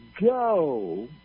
go